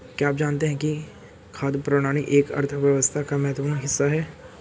क्या आप जानते है खाद्य प्रणाली एक अर्थव्यवस्था का महत्वपूर्ण हिस्सा है?